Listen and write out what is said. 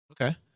Okay